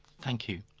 thank you.